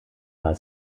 war